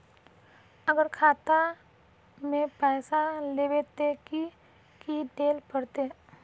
अगर खाता में पैसा लेबे ते की की देल पड़ते?